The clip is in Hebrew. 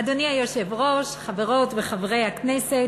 אדוני היושב-ראש, חברות וחברי הכנסת,